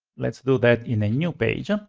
let's do that in a new page. um